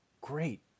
great